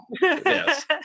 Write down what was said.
Yes